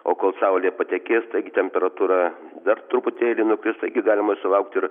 o kol saulė patekės tai temperatūra dar truputėlį nukris taigi galima sulaukti ir